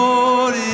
Lord